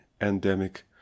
endemic